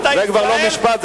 זה כבר לא משפט,